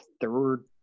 third